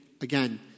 again